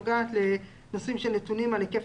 יש חובת דיווח אחרת שנוגעת לנושאים שנתונים על היקף